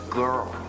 girl